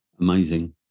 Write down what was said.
Amazing